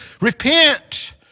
Repent